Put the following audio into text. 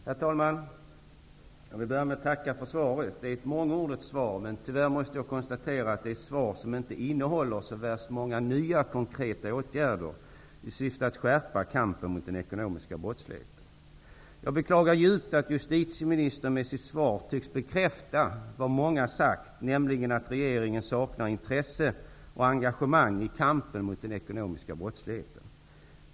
Herr talman! Jag vill börja med att tacka för svaret. Det är ett mångordigt svar, men tyvärr måste jag konstatera att det är ett svar som inte innehåller särskilt många nya konkreta åtgärder i syfte att skärpa kampen mot den ekonomiska brottsligheten. Jag beklagar djupt att justitieministern med sitt svar tycks bekräfta vad många sagt, nämligen att regeringen saknar intresse och engagemang i kampen mot den ekonomiska brottsligheten.